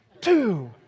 two